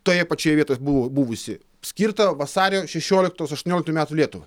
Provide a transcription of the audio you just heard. toje pačioje vietoj buv buvusį skirtą vasario šešioliktos aštuonioliktųjų metų lietuvai